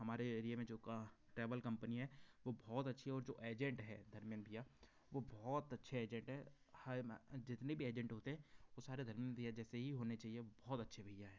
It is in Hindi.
हमारे एरिया में जो का ट्रेवल कंपनियाँ वो बहुत अच्छी हैं और जो एजेंटे हैं धर्मेन्द्र भैया वो बहुत अच्छे एजेंटे हैं हाल में जितने भी एजेंट होते हैं वो सारे धर्मेन्द्र भैया जैसे ही होने चाहिए बहुत अच्छे भैया हैं